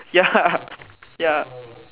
ya ya